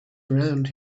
around